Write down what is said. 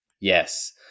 Yes